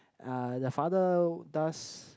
uh the father does